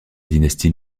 dynastie